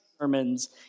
sermons